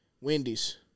Wendy's